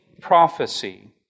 prophecy